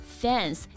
fans